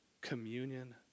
communion